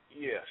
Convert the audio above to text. Yes